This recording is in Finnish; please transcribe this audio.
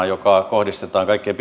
joka kohdistetaan kaikkein